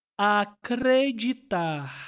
Acreditar